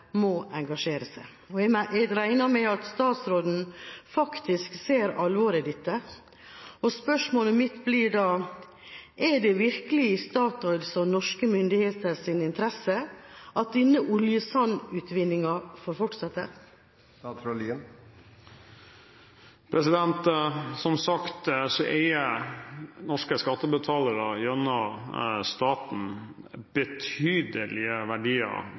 må engasjere seg, og jeg regner med at statsråden faktisk ser alvoret i dette. Spørsmålet mitt blir da: Er det virkelig i Statoils og norske myndigheters interesse at denne oljesandutvinningen får fortsette? Som sagt, eier norske skattebetalere gjennom staten betydelige verdier